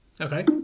Okay